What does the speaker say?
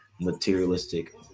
materialistic